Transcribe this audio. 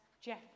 Jeff